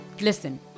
Listen